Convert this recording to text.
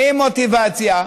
עם מוטיבציה,